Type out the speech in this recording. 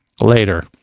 later